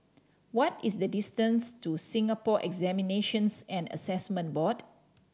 what is the distance to Singapore Examinations and Assessment Board